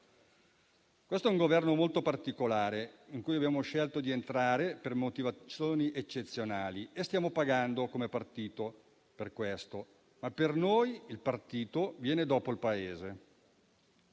Questo è un Governo molto particolare, in cui abbiamo scelto di entrare per motivazioni eccezionali. Stiamo pagando, come partito, per questo, ma per noi il partito viene dopo il Paese.